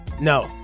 No